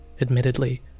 admittedly